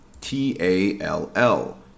T-A-L-L